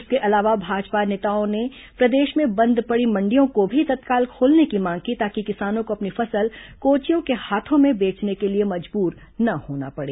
इसके अलावा भाजपा नेताओं ने प्रदेश में बंद पड़ी मंडियों को भी तत्काल खोलने की मांग की ताकि किसानों को अपनी फसल कोचियों के हाथों में बेचने के लिए मजबूर न होना पड़े